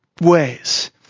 ways